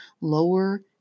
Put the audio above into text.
lower